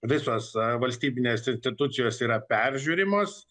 visos valstybinės institucijos yra peržiūrimos